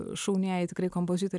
šaunieji tikrai kompozitoriai